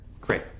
Great